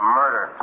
murder